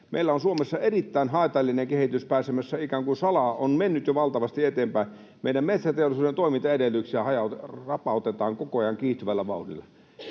meillä on Suomessa erittäin haitallinen kehitys pääsemässä ikään kuin salaa, on mennyt jo valtavasti eteenpäin: meidän metsäteollisuuden toimintaedellytyksiä rapautetaan koko ajan kiihtyvällä vauhdilla.